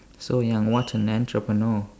so young what an entrepreneur